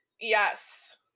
yes